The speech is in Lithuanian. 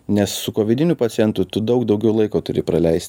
nes su kovidiniu pacientu tu daug daugiau laiko turi praleist